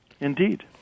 Indeed